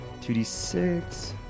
2d6